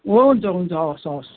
हुन्छ हुन्छ हवस् हवस्